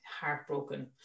heartbroken